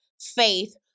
faith